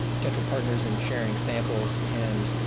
potential partners in sharing samples and